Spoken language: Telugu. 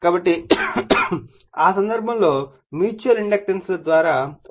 కాబట్టి ఆ సందర్భంలో మ్యూచువల్ ఇండక్టెన్స్ ల ద్వారా వరుసగా E1 మరియు E2